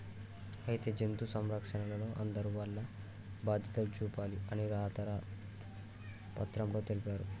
అయితే జంతు సంరక్షణలో అందరూ వాల్ల బాధ్యతలు చూపాలి అని రాత పత్రంలో తెలిపారు